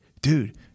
dude